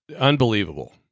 Unbelievable